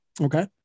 okay